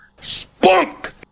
Spunk